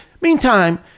meantime